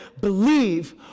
believe